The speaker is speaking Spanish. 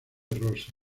rose